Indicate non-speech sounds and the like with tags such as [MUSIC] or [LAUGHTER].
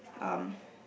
um [BREATH]